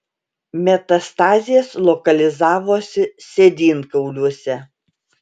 metastazės lokalizavosi sėdynkauliuose